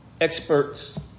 experts